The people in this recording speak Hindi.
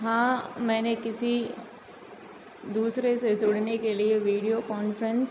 हाँ मैंने किसी दूसरे से जुड़ने के लिए वीडियो कॉन्फ़्रेंस